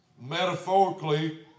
Metaphorically